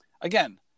again